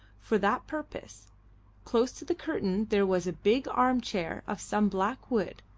for that purpose close to the curtain there was a big arm chair of some black wood,